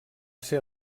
ser